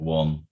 one